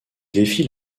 défie